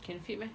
can fit meh